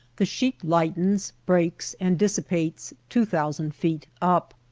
the sheet lightens breaks, and dissi pates two thousand feet up.